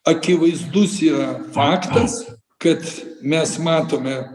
akivaizdus yra faktas kad mes matome